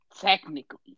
Technically